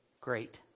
great